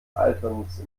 alterns